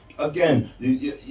Again